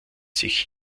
sich